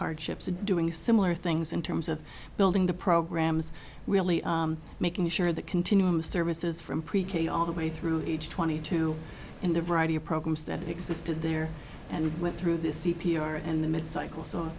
hardships of doing similar things in terms of building the programs really making sure that continuum of services from pre k all the way through age twenty two and the variety of programs that existed there and went through this c p r and the mid cycle so